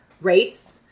race